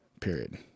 period